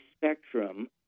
spectrum